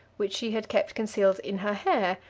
which she had kept concealed in her hair,